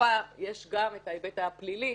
בסופה יש גם את ההיבט הפלילי,